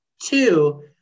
Two